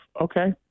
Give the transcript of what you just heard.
Okay